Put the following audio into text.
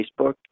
Facebook